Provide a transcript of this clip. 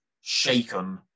shaken